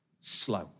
slow